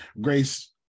Grace